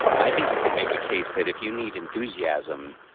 i think you can make a case that if you need enthusiasm,